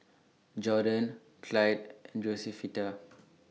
Jordon Clyde and Josefita